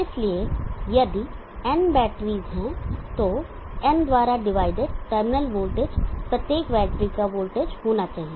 इसलिए यदि n batteries हैं तो n द्वारा डिवाइडेड टर्मिनल वोल्टेज प्रत्येक बैटरी का वोल्टेज होना चाहिए